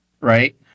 right